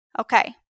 okay